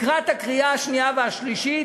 לקראת הקריאה השנייה והשלישית